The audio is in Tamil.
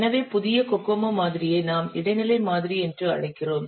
எனவே புதிய கோகோமோ மாதிரியை நாம் இடைநிலை மாதிரி என்று அழைக்கிறோம்